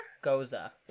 Goza